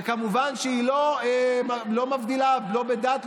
וכמובן שהיא לא מבדילה לא בדת,